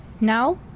Now